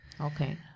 Okay